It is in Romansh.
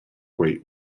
quei